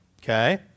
Okay